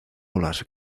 olas